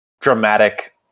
dramatic